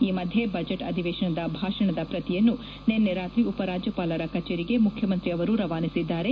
ಈ ಮಧ್ಯೆ ಬಜೆಟ್ ಅಧಿವೇಶನದ ಭಾಷಣದ ಪ್ರತಿಯನ್ನು ನಿನ್ನೆ ರಾತ್ರಿ ಉಪರಾಜ್ಯಪಾಲರ ಕಚೇರಿಗೆ ಮುಖ್ಯಮಂತ್ರಿ ಅವರು ರವಾನಿಸಿದ್ದಾರೆ